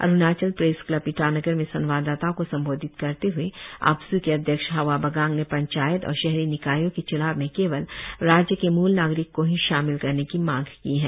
Arunachal press club Itanagar में संवाददाताओं को संबोधित करते हुए आप्सू के अध्यक्ष हवा बागांग ने पंचायत और शहरी निकायों के च्नाव में केवल राज्य के मूल नागरिक को ही शामिल करने की मांग की है